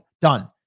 Done